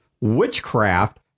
witchcraft